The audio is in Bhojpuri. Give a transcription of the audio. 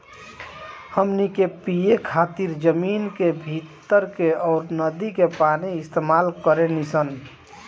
हमनी के पिए खातिर जमीन के भीतर के अउर नदी के पानी इस्तमाल करेनी सन